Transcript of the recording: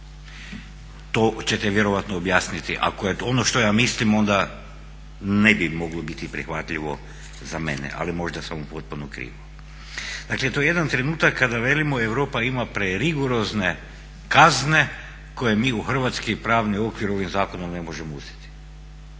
To ćete vjerojatno objasniti. Ako je ono što ja mislim onda ne bi moglo biti prihvatljivo za mene, ali možda sam u potpuno krivo. Dakle to je jedan trenutak kada velimo Europa ima prerigorozne kazne koje mi u hrvatski pravni okvir ovim zakonom ne možemo uzeti,